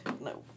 No